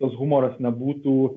tas humoras nebūtų